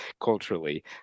culturally